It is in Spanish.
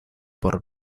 por